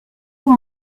haut